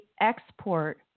export